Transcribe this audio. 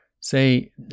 say